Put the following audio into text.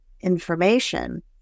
information